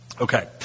Okay